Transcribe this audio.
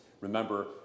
Remember